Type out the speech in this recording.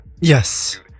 Yes